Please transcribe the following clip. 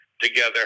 together